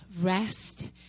Rest